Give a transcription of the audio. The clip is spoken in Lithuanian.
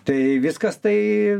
tai viskas tai